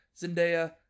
Zendaya